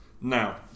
Now